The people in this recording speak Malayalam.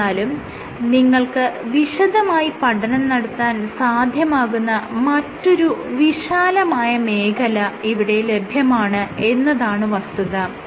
എന്നിരുന്നാലും നിങ്ങൾക്ക് വിശദമായി പഠനം നടത്താൻ സാധ്യമാകുന്ന മറ്റൊരു വിശാലമായ മേഖല ഇവിടെ ലഭ്യമാണ് എന്നതാണ് വസ്തുത